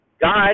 God